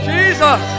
Jesus